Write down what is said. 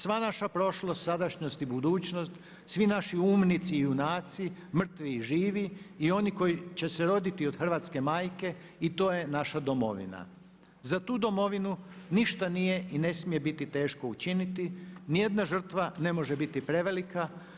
Sva naša prošlost, sadašnjost i budućnost, svi naši umnici i junaci, mrtvi i živi i oni koji će se roditi od hrvatske majke i to je naša domovina.“ Za tu domovinu ništa nije i ne smije biti teško učiniti, ni jedna žrtva ne može biti prevelika.